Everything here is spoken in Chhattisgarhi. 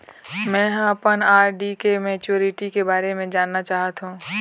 में ह अपन आर.डी के मैच्युरिटी के बारे में जानना चाहथों